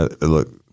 look